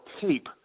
tape